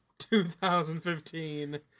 2015